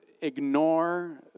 ignore